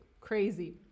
crazy